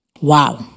Wow